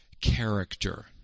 character